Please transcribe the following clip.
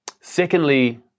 Secondly